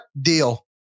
deal